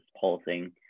pulsing